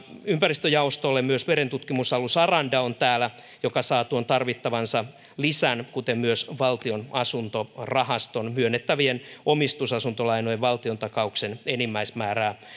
ympäristöjaostolle myös merentutkimusalus aranda on täällä joka saa tuon tarvitsemansa lisän ja myös valtion asuntorahastosta myönnettävien omistusasuntolainojen valtiontakauksen enimmäismäärää